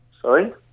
sorry